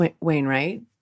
Wainwright